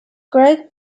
greg